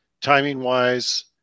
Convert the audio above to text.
Timing-wise